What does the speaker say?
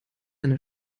eine